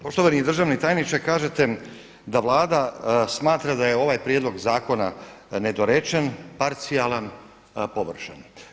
Poštovani državni tajniče, kažete da Vlada smatra da je ovaj prijedlog zakona nedorečen, parcijalan, površan.